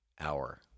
hour